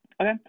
Okay